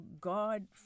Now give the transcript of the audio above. God